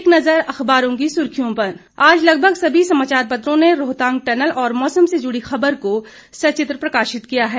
एक नज़र अखबारों की सुर्खियों पर आज लगभग समी समाचार पत्रों ने रोहतांग टनल और मौसम से जुड़ी खबर को सचित्र प्रकाशित किया है